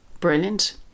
Brilliant